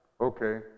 okay